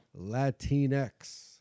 Latinx